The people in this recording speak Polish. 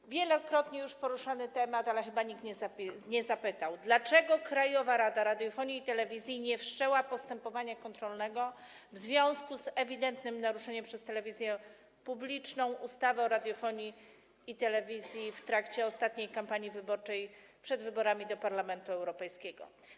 To wielokrotnie już poruszany temat, ale chyba nikt nie zapytał, dlaczego Krajowa Rada Radiofonii i Telewizji nie wszczęła postępowania kontrolnego w związku z ewidentnym naruszeniem przez telewizję publiczną ustawy o radiofonii i telewizji w trakcie ostatniej kampanii wyborczej, przed wyborami do Parlamentu Europejskiego.